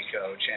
coach